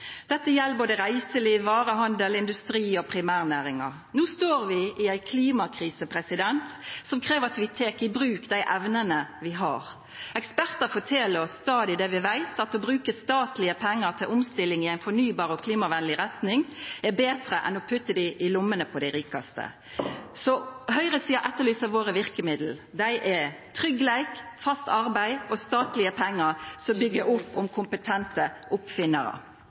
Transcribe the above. Dette gjeld både reiseliv, varehandel, industri og primærnæringar. No står vi i ei klimakrise som krev at vi tek i bruk dei evnene vi har. Ekspertar fortel oss stadig det vi veit, at å bruka statlege pengar til omstilling i ei fornybar og klimavennleg retning er betre enn å putta dei i lommene til dei rikaste. Høgresida etterlyser verkemidla våre; det er tryggleik, fast arbeid og statlege pengar som byggjer opp om kompetente oppfinnarar.